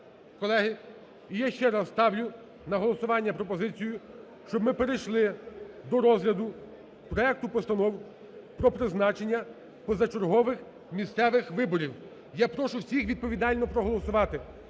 колеги. І я ще раз ставлю на голосування пропозицію, щоб ми перейшли до розгляду проектів постанов про призначення позачергових місцевих виборів. Я прошу всіх відповідально проголосувати.